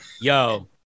Yo